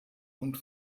und